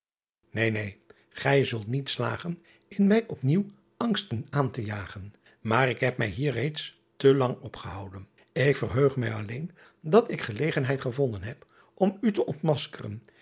een neen ij zult niet slagen in mij op nieuw angsten aan te jagen maar ik heb mij hier reeds telang opgehouden k verheug mij alleen dat ik gelegenheid gevonden heb om u te ontmaskeren